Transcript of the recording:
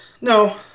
No